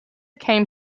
came